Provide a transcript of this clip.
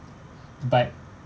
but